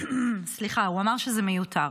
שזה מיותר.